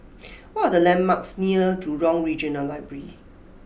what are the landmarks near Jurong Regional Library